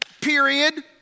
period